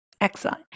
Excellent